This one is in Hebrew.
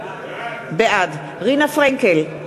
בעד רינה פרנקל,